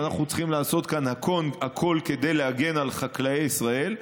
ואנחנו צריכים לעשות כאן הכול כדי להגן על חקלאי ישראל.